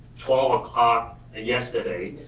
twelve o'clock ah yesterday,